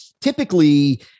typically